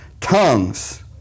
tongues